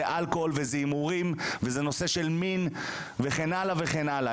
אלכוהול וזה הימורים וזה נושא של מין וכן הלאה וכן הלאה,